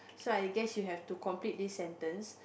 so I guess you have to complete this sentence